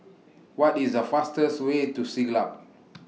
What IS The fastest Way to Siglap